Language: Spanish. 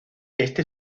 este